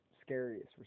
scariest